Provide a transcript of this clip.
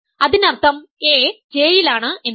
അതിനർത്ഥം a J യിലാണ് എന്നാണ്